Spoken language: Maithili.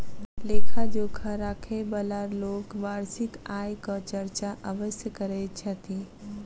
लेखा जोखा राखयबाला लोक वार्षिक आयक चर्चा अवश्य करैत छथि